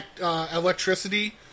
electricity